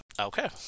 Okay